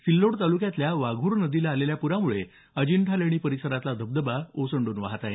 सिल्लोड तालुक्यातल्या वाघूर नदीला आलेल्या प्रामुळे अजिंठा लेणी परिसरातला धबधबा ओसंडून वाहत आहे